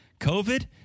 COVID